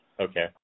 Okay